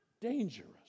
dangerous